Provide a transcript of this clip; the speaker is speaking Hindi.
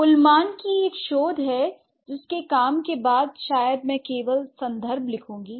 उलमान१९६४ के काम के बाद शायद मैं यहाँ केवल संदर्भ लिखूंगा